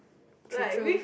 true true